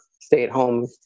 stay-at-home